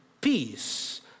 peace